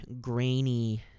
grainy